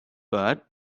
but